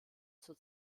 zur